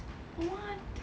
what